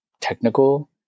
technical